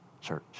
church